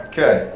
Okay